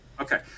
Okay